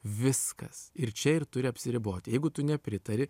viskas ir čia ir turi apsiriboti jeigu tu nepritari